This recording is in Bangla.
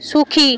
সুখী